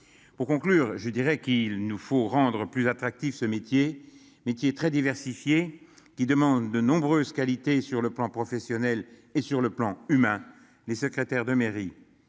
Pour conclure je dirais qu'il nous faut rendre plus attractif ce métier mais qui est très diversifié qui demande de nombreuses qualités sur le plan professionnel, et sur le plan humain. Les secrétaires de mairie